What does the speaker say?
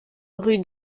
rue